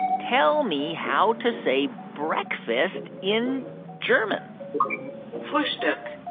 tell me how to say breakfast in german fruhstuck